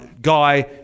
Guy